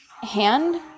hand